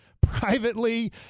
Privately